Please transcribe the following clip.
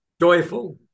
joyful